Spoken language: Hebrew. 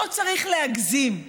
לא צריך להגזים,